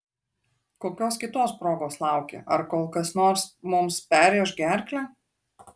kokios kitos progos lauki ar kol kas nors mums perrėš gerklę